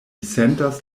sentas